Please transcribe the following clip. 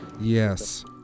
yes